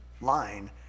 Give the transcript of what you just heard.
line